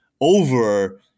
over